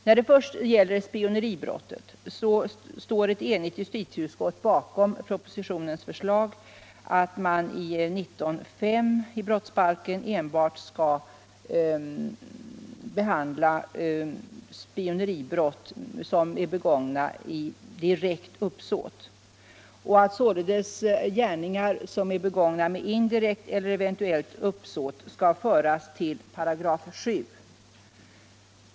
När det först gäller spioneribrottet står ett enigt justitieutskott bakom propositionens förslag att man i 19 kap. 5§ brottsbalken enbart skall behandla spioneribrott som är begångna med direkt uppsåt och att sådana gärningar som är begångna med indirekt eller eventuellt uppsåt skall föras till 7 §.